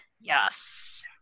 yes